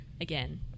again